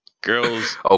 Girls